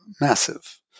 massive